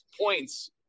points